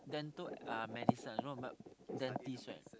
dental uh medicine you know like dentist right